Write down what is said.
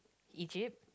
Egypt